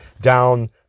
down